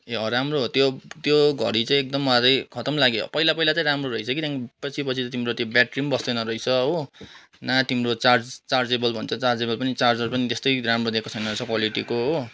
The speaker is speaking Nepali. ए राम्रो त्यो त्यो घडी चाहिँ एकदम अझै खतम लाग्यो पहिला पहिला चाहिँ राम्रो रहेछ कि त्यहाँदेखि पछि पछि त तिम्रो त्यो ब्याट्री पनि बस्दैन रहेछ हो ना तिम्रो चार्ज चार्जेबल भन्छ चार्जेबल पनि चार्जर पनि त्यस्तै राम्रो दिएको छैन रहेछ क्वालिटीको हो